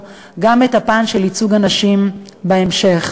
גם בפן של ייצוג הנשים בהמשך.